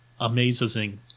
amazing